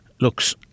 looks